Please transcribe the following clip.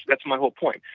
that's my whole point.